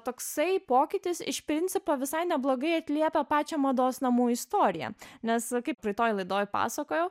toksai pokytis iš principo visai neblogai atliepia pačią mados namų istoriją nes kaip praeitoj laidoj pasakojau